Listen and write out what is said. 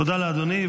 תודה, לאדוני.